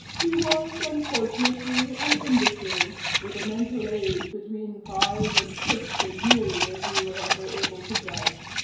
he was, unfortunately, an imbecile, with a mental age between five and six, as nearly as we were ever able to judge.